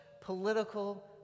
political